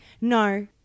No